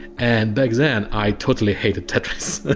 and back then i totally hated tetris.